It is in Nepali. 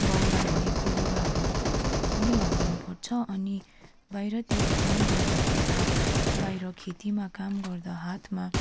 बाउला भएको लुगाहरू पनि लगाउनुपर्छ अनि बाहिरतिर काम गर्दा तथा बाहिर खेतीमा काम गर्दा हातमा